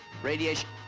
Radiation